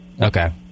Okay